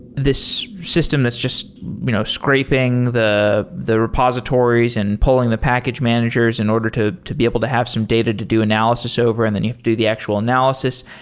this system that's just enough you know scraping the the repositories and pulling the package managers in order to to be able to have some data to do analysis over, and then you have to do the actual analysis.